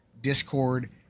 discord